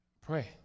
Pray